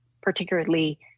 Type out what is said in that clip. particularly